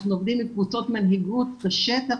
אנחנו עובדים עם קבוצות מנהיגות בשטח